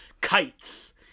Kites